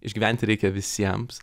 išgyventi reikia visiems